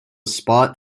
spot